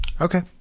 Okay